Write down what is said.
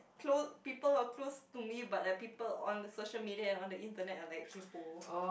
close people are close to me but like people on the social media and on the internet are very kaypo